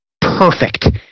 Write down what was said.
perfect